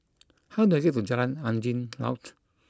how do I get to Jalan Angin Laut